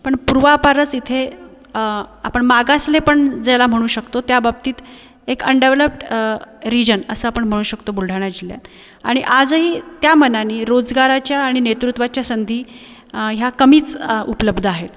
पण पूर्वापारच इथे आपण मागासलेपण ज्याला म्हणू शकतो त्या बाबतीत एक अणडेव्हलप्ड रिजन असं आपण म्हणू शकतो बुलढाणा जिल्ह्यात आणि आजही त्यामानाने रोजगाराच्या आणि नेतृत्वाच्या संधी ह्या कमीच उपलब्ध आहेत